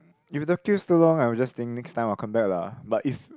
if the queue so long I will just think next time I'll come back lah but if